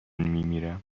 میرم